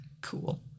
Cool